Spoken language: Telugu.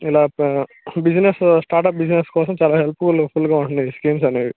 ఇలా ప బిజినెస్ స్టార్ట్అప్ బిజినెస్ కోసం చాలా హెల్ప్ ఫుల్గా ఉంటున్నాయి ఈ స్కీమ్స్ అనేవి